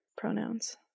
pronouns